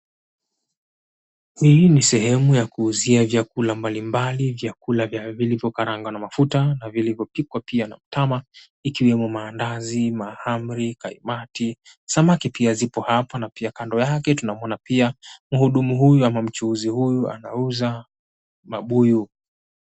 Hii ni sehemu ya kuuzia vyakula mbalimbali. Vyakula vilivyokarangwa na mafuta na vilivyopikwa pia na mtama, ikiwemo maandazi, mahamri, kaimati, samaki pia zipo hapa. Na pia kando yake tunamwona pia mhudumu huyu ama mchuuzi huyu anauza mabuyu.